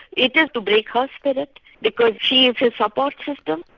it is to break her spirit because she is his support system.